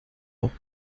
auch